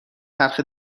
چرخ